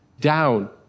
down